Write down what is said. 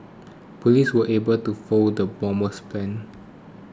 police were able to foil the bomber's plans